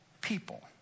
people